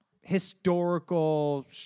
historical